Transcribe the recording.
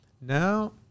now